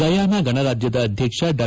Guyana ಗಣರಾಜ್ಯದ ಅಧ್ಯಕ್ಷ ಡಾ